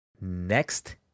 next